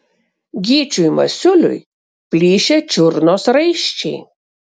gyčiui masiuliui plyšę čiurnos raiščiai